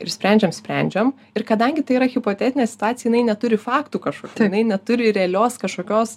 ir sprendžiam sprendžiam ir kadangi tai yra hipotetinė situacija jinai neturi faktų kažkokių tai jinai neturi realios kažkokios